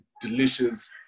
delicious